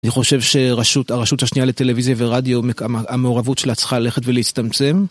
אני חושב שהרשות, הרשות השנייה לטלוויזיה ורדיו, המעורבות שלה צריכה ללכת ולהצטמצם.